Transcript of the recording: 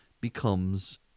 becomes